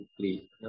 please